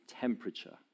temperature